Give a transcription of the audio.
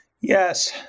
Yes